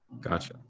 Gotcha